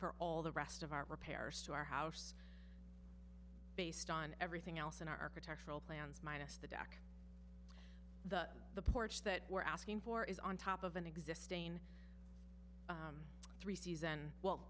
for all the rest of our repairs to our house based on everything else in our architectural plans minus the deck the the porch that we're asking for is on top of an existing three season well